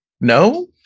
no